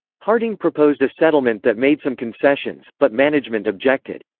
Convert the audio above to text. harding proposed a settlement that made some concessions, but management objected.